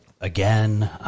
Again